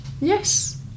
yes